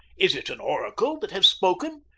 is it an oracle that has spoken?